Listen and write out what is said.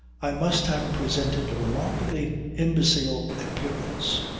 i must have presented a remarkably imbecile appearance.